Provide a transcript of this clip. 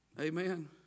Amen